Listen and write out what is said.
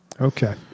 okay